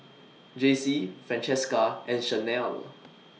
Jacey Francesca and Shanelle